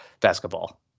basketball